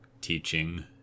teaching